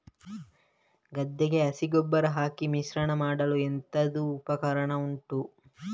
ಗದ್ದೆಗೆ ಹಸಿ ಗೊಬ್ಬರ ಹಾಕಿ ಮಿಶ್ರಣ ಮಾಡಲು ಎಂತದು ಉಪಕರಣ ಉಂಟು?